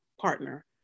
partner